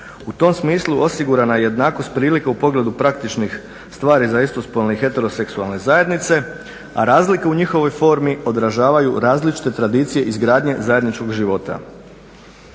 U tom smislu osigurana je jednakost prilike u pogledu praktičnih stvari za istospolne i heteroseksualne zajednice, a razlika u njihovoj formi odražavaju različite tradicije izgradnje zajedničkog života.